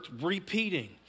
repeating